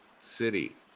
city